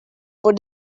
for